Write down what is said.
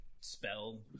spell